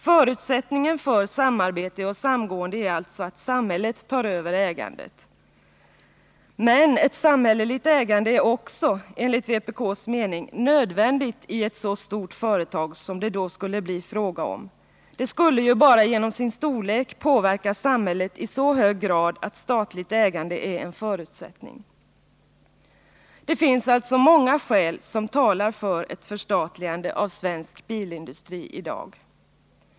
Förutsättningen för samarbete och samgående är alltså att samhället tar över ägandet. Men ett samhälleligt ägande är också, enligt vpk:s mening, nödvändigt i ett så stort företag, som det då skulle bli fråga om. Det skulle ju bara genom sin storlek påverka samhället i så hög grad att statligt ägande är en förutsättning. Det finns alltså många skäl, som talar för ett förstatligande av svensk bilindustri i dag.